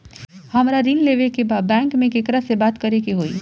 हमरा ऋण लेवे के बा बैंक में केकरा से बात करे के होई?